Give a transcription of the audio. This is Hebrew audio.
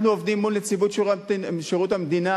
אנחנו עובדים מול נציבות שירות המדינה